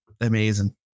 Amazing